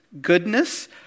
goodness